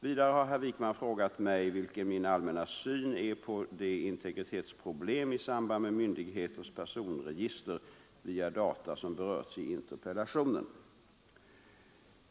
Vidare har herr Wijkman frågat mig vilken min allmänna syn är på de integritetsproblem i samband med myndigheters personregister via data som berörts i interpellationen.